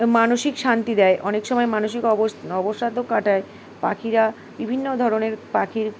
মানসিক শান্তি দেয় অনেক সময় মানসিক অবস অবসাদও কাটায় পাখিরা বিভিন্ন ধরনের পাখির